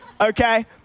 Okay